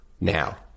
now